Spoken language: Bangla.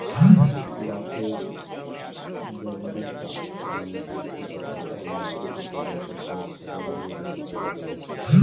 বাঁশের ব্যম্বুসা নামে পরিচিত একধরনের উপপ্রজাতির এক হাজারেরও বেশি প্রজাতি আছে